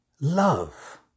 love